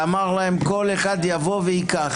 ואמר להם: כל אחד יבוא וייקח.